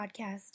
podcast